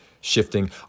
shifting